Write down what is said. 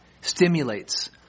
stimulates